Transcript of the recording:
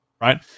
Right